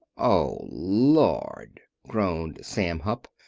oh, lord! groaned sam hupp,